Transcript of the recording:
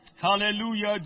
Hallelujah